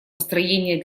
построение